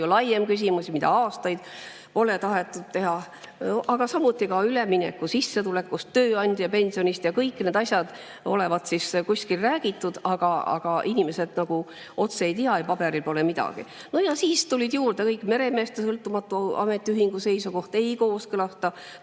laiem [teema], millega aastaid pole tahetud tegeleda. Aga samuti ka ülemineku sissetulek, tööandjapension ja kõik need asjad olevat kuskil räägitud, aga inimesed ei tea ja paberil pole midagi. No ja siis tulid juurde kõik. Meremeeste sõltumatu ametiühingu seisukoht: ei kooskõlasta.